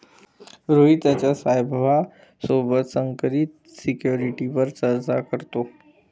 रोहित त्याच्या साहेबा सोबत संकरित सिक्युरिटीवर चर्चा करतो